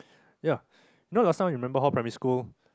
ya you know last time you remember how primary school